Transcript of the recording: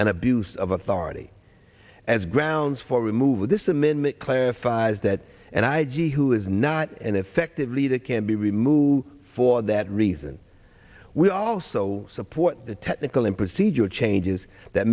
and abuse of authority as grounds for removal this amendment clarifies that and i g who is not an effective leader can be removed for that reason we also support the technical and procedural changes that